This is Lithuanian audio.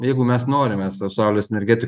jeigu mes norime sau saulės energetikoj